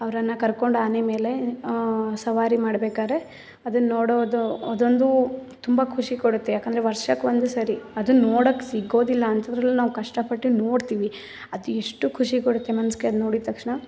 ಅವರನ್ನ ಕರ್ಕೊಂಡು ಆನೆ ಮೇಲೆ ಸವಾರಿ ಮಾಡ್ಬೇಕಾದ್ರೆ ಅದನ್ನ ನೋಡೋದು ಅದೊಂದು ತುಂಬ ಖುಷಿ ಕೊಡುತ್ತೆ ಏಕಂದ್ರೆ ವರ್ಷಕ್ಕೆ ಒಂದೇ ಸಾರಿ ಅದನ್ನ ನೋಡಕ್ಕೆ ಸಿಗೋದಿಲ್ಲ ಅಂಥದ್ರಲ್ಲಿ ನಾವು ಕಷ್ಟಪಟ್ಟು ನೋಡ್ತೀವಿ ಅದು ಎಷ್ಟು ಖುಷಿ ಕೊಡುತ್ತೆ ಮನ್ಸ್ಗೆ ಅದು ನೋಡಿದ ತಕ್ಷಣ